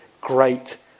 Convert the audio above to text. great